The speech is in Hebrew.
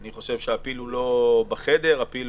אני חושב שהפיל לא בחדר, הפיל